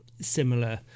similar